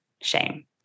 shame